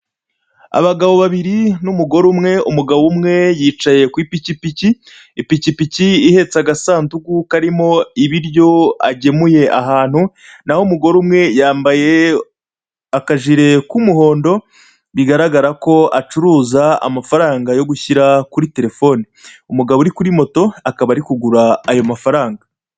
Abagabo babiri n'umugore umwe, umugabo umwe yicaye ku ipikipiki, ipikipiki ihetse agasandugu karimo ibiryo agemuye ahantu n'aho umugore umwe yambaye akajire k'umuhondo bigaragara ko acuruza amafaranga yo gushyira kuri telefone, umugabo uri kuri moto akaba ari kugura ayo mafaranga.